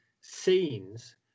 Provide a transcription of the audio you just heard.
scenes